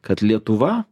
kad lietuva